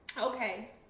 okay